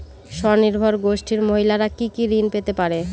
স্বনির্ভর গোষ্ঠীর মহিলারা কি কি ঋণ পেতে পারে?